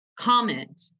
comment